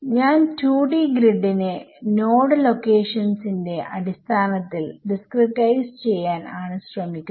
ഞാൻ 2D grid നെ node ലൊക്കേഷൻസിന്റെ അടിസ്ഥാനത്തിൽ ഡിസ്ക്രിടൈസ് ചെയ്യാൻ ആണ് ശ്രമിക്കുന്നത്